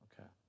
Okay